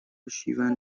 شیون